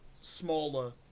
smaller